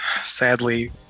sadly